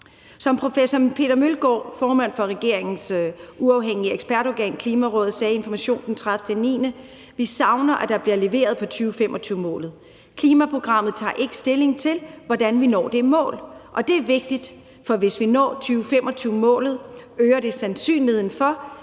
Som professor Peter Møllgaard, formand for regeringens uafhængige ekspertorgan, Klimarådet, sagde i Information den 30. september: »Vi savner, at der bliver leveret på 2025-målet«. »Klimaprogrammet tager ikke stilling til, hvordan vi når det mål. Og det er vigtigt, for hvis vi når 2025-målet, øger det sandsynligheden for,